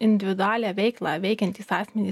individualią veiklą veikiantys asmenys